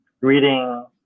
reading